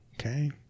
okay